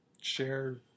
share